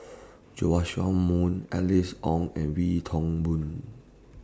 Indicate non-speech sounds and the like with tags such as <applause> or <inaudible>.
<noise> Joash Moo Alice Ong and Wee Toon Boon